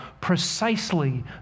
precisely